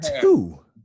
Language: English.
two